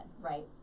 right